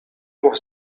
was